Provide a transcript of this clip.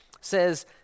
says